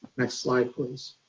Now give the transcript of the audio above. next slide please.